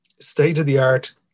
state-of-the-art